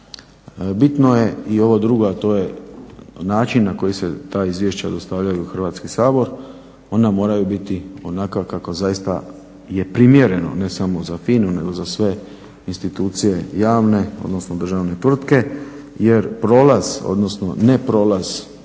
bitno je i ovo drugo, a to je način na koji se ta izvješća dostavljaju u Hrvatski sabor. Ona moraju biti onakva kako zaista je primjereno ne samo za FINA-u nego za sve institucije javne odnosno državne tvrtke. Jer prolaz, odnosno ne prolaz